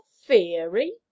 theory